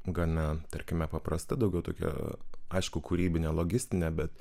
gana tarkime paprasta daugiau tokia aišku kūrybinė logistinė bet